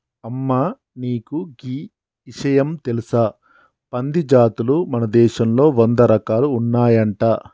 అమ్మ నీకు గీ ఇషయం తెలుసా పంది జాతులు మన దేశంలో వంద రకాలు ఉన్నాయంట